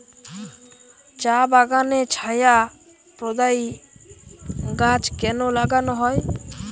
চা বাগানে ছায়া প্রদায়ী গাছ কেন লাগানো হয়?